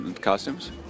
costumes